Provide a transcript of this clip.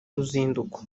ruzinduko